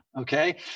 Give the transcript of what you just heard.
okay